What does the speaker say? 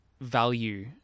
value